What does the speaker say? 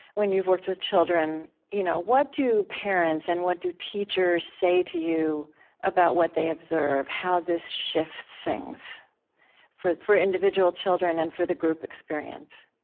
when you've worked with children. you know what do parents and what do teachers say to you about what they observe, how this shifts things for for individual children and for the group experience?